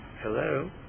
hello